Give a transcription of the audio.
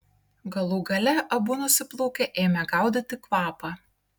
galų gale abu nusiplūkę ėmė gaudyti kvapą